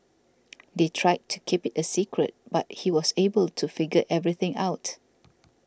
they tried to keep it a secret but he was able to figure everything out